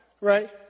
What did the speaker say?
right